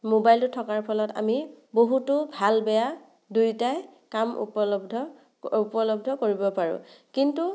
মোবাইলটো থকাৰ ফলত আমি বহুতো ভাল বেয়া দুইটাই কাম উপলব্ধ উপলব্ধ কৰিব পাৰোঁ কিন্তু